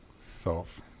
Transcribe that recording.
self